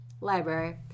Library